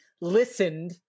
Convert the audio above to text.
listened